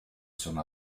sono